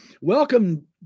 welcome